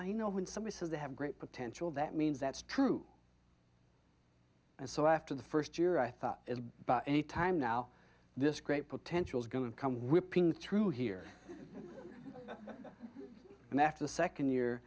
i know when somebody says they have great potential that means that's true and so after the first year i thought it was any time now this great potential is going to come whipping through here and after the second year